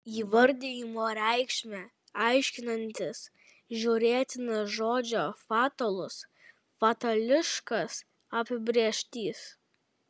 įvardijimo reikšmę aiškinantis žiūrėtina žodžio fatalus fatališkas apibrėžtys